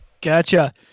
Gotcha